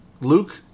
Luke